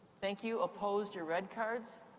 thank you. opposed, your red cards.